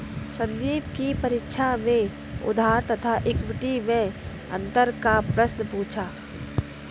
संदीप की परीक्षा में उधार तथा इक्विटी मैं अंतर का प्रश्न पूछा